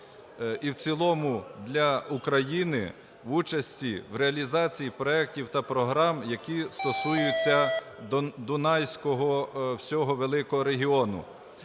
і в цілому для України в участі, в реалізації проектів та програм, які стосуються Дунайського всього великого регіону.